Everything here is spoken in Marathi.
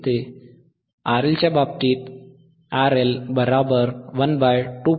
RL च्या बाबतीत RL12πfLC